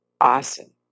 awesome